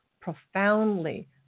profoundly